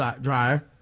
dryer